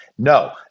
No